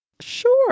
Sure